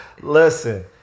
Listen